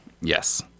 Yes